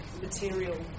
material